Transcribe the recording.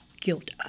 guilt